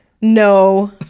no